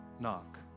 knock